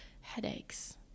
Headaches